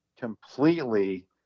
completely